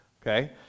okay